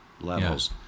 levels